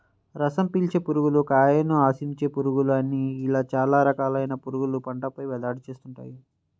రసం పీల్చే పురుగులు, కాయను ఆశించే పురుగులు అని ఇలా చాలా రకాలైన పురుగులు పంటపై దాడి చేస్తుంటాయి